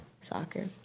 soccer